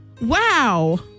Wow